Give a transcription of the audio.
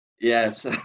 yes